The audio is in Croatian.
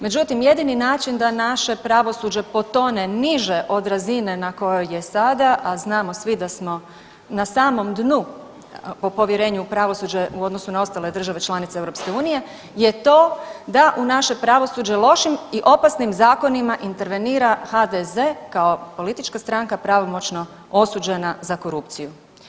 Međutim, jedini način da naše pravosuđe potone niže od razine na kojoj je sada, a znamo svi da smo na samom dnu po povjerenju u pravosuđe u odnosu na ostale države članice EU je to da u naše pravosuđe lošim i opasnim zakonima intervenira HDZ kao politička stranka pravomoćno osuđena za korupciju.